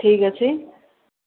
ଠିକ୍ ଅଛି